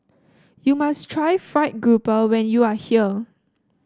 you must try fried grouper when you are here